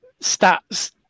stats